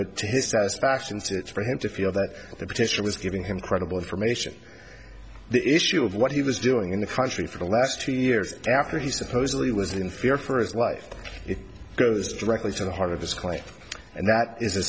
it to his satisfaction so it's for him to feel that the petition was giving him credible information the issue of what he was doing in the country for the last two years after he supposedly was in fear for his life it goes directly to the heart of his claim and that is a